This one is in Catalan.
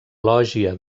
lògia